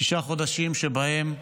שישה חודשים שבהם